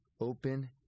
Open